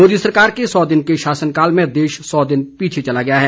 मोदी सरकार के सौ दिन के शासनकाल में देश सौ दिन पीछे चला गया है